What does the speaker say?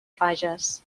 fages